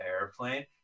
airplane